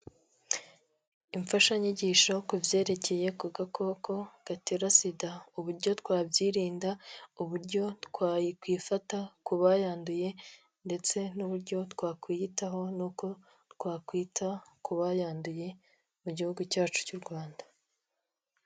Imfashanyigisho ku byerekeye ku gakoko gatera SIDA uburyo twabyirinda, uburyo twakwifata ku bayanduye ndetse n'uburyo twakwiyitaho n'uko twakwita ku bayanduye mu gihugu cyacu cy'u Rwanda.